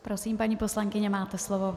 Prosím, paní poslankyně, máte slovo.